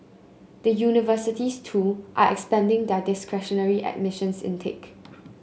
the universities too are expanding their discretionary admissions intake